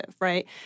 right